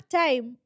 time